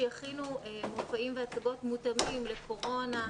שיכינו מופעים והצגות מותאמים לקורונה.